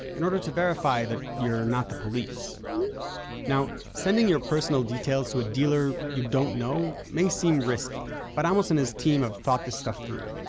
in order to verify that you're not the police now sending your personal details to a dealer you don't know may seem risky, but amos and his team have thought this stuff through.